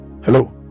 Hello